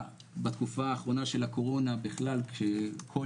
בתקופה האחרונה של הקורונה בכלל כשכל